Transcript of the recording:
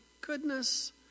goodness